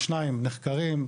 השניים נחקרים,